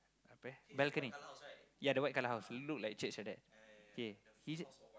apa balcony yeah the white colour house look like church like that